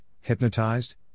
hypnotized